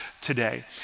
today